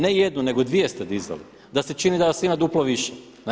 Ne jednu, nego dvije ste dizali, da se čini da vas ima duplo više.